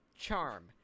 charm